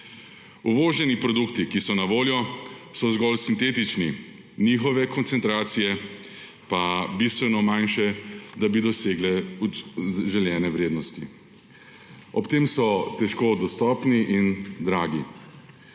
Uvoženi produkti, ki so na voljo, so zgolj sintetični, njihove koncentracije pa bistveno manjše, da bi dosegle željene vrednosti. Ob tem so težko dostopni in dragi.